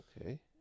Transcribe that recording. Okay